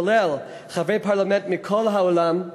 כולל חברי פרלמנט מכל העולם,